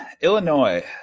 Illinois